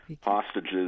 hostages